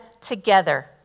together